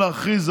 ומפלגתו.